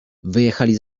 wyjechali